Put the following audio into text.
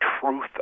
truth